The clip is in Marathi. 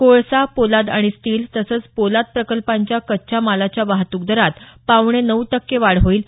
कोळसा पोलाद आणि स्टील तसंच पोलाद प्रकल्पांच्या कच्च्या मालाच्या वाहतूक दरात पावणे नऊ टक्के वाढ होईल